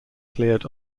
cleared